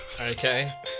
Okay